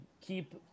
keep